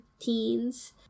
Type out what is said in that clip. teens